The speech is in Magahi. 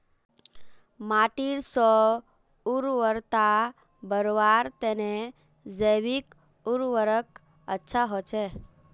माटीर स्व उर्वरता बढ़वार तने जैविक उर्वरक अच्छा होचे